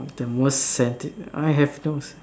mm the most senti~ I have no